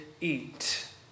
eat